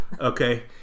Okay